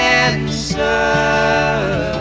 answer